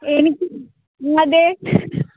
എനിക്ക് അതെ